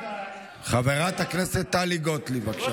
חברת הכנסת טלי גוטליב, בבקשה.